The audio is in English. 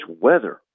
weather